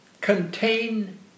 contain